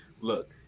Look